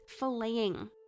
filleting